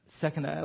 Second